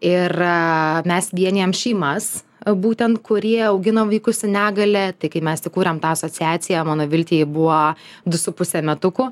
ir mes vienijam šeimas būtent kurie augina vaikus su negalia tai kai mes įkūrėm tą asociaciją mano viltei buvo du su puse metukų